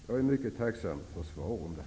Jag är mycket tacksam för svar på det.